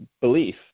belief